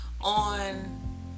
on